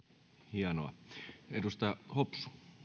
hienoa edustaja hopsu